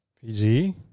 PG